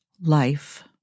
life